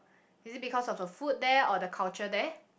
is it because of the food there or the culture there